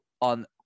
on